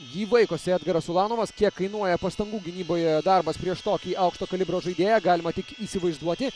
jį vaikosi edgaras ulanovas kiek kainuoja pastangų gynyboje darbas tokį aukšto kalibro žaidėją galima tik įsivaizduoti